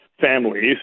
families